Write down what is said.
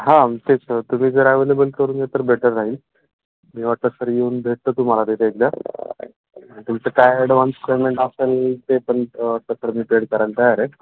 हां तेच तुम्ही जर ॲवेलेबल करून दिल तर बेटर राहील मी वाटत सर येऊन भेटतं तुम्हाला तिथे एकदा तुमचं काय ॲडव्हान्स पेमेंट असेल ते पण तर सर मी पेड करायला तयार आहे